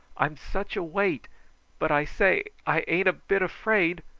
i'm such a weight but i say i ain't a bit afraid,